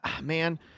man